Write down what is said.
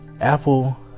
Apple